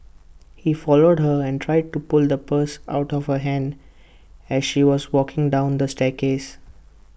he followed her and tried to pull the purse out of her hand as she was walking down the staircase